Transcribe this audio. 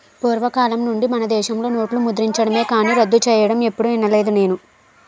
పూర్వకాలం నుండి మనదేశంలో నోట్లు ముద్రించడమే కానీ రద్దు సెయ్యడం ఎప్పుడూ ఇనలేదు నేను